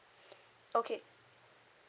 okay